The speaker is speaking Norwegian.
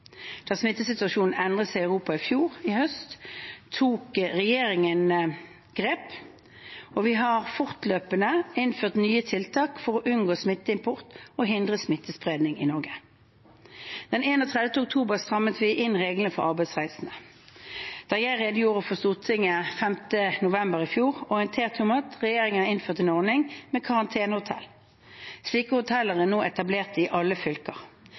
smittesituasjonen endret seg i Europa i fjor høst, tok regjeringen grep, og vi har fortløpende innført nye tiltak for å unngå smitteimport og hindre smittespredning i Norge. Den 31. oktober strammet vi inn reglene for arbeidsreisende. Da jeg redegjorde for Stortinget 5. november i fjor, orienterte jeg om at regjeringen innførte en ordning med karantenehotell. Slike hoteller er nå etablert i alle fylker.